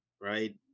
right